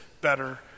better